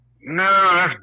No